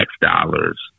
dollars